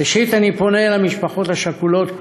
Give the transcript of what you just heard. ראשית אני פונה למשפחות השכולות כולן,